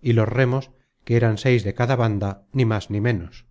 y los remos que eran seis de cada banda ni más ni ménos